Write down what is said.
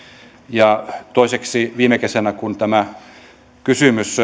ja toiseksi viime kesänä kun tämä kysymys